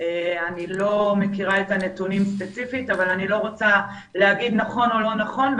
אני לא מכירה את הנתונים ספציפית אבל אני לא רוצה לומר נכון או לא נכון.